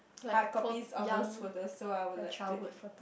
hardcopies of those photos so I would like take